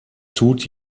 tut